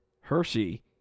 Hershey